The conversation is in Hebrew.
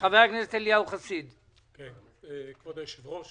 כבוד היושב-ראש,